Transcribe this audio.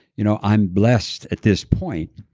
you know i'm blessed at this point